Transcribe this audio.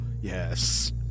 yes